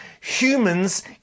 humans